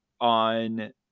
on